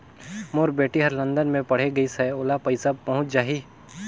मोर बेटी हर लंदन मे पढ़े गिस हय, ओला पइसा पहुंच जाहि?